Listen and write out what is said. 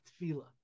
tefillah